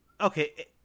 Okay